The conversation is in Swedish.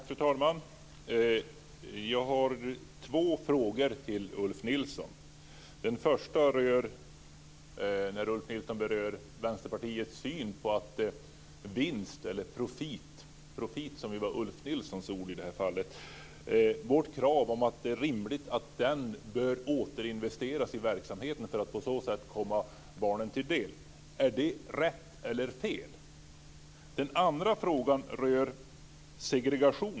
Fru talman! Jag har två frågor till Ulf Nilsson. Den första frågan gäller att Ulf Nilsson berör Vänsterpartiets krav på att vinst - profit, Ulf Nilssons ord - bör återinvesteras i verksamheten för att på så sätt komma barnen till del. Är det rätt eller fel? Den andra frågan rör segregationen.